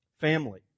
family